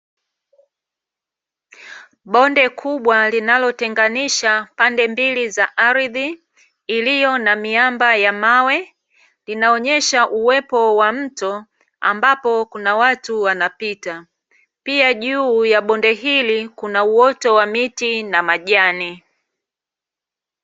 Bonde kubwa linalotenganisha bande mbili za ardhi, iliyo na miamba ya mawe linaonyesha uwepo wa mto ambapo kuna watu wanapita pia juu ya bonde hili kuna uoto wa miti na majani.